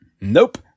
nope